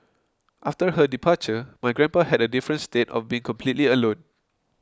after her departure my grandpa had a different state of being completely alone